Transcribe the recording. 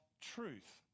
truth